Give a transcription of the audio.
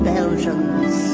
Belgians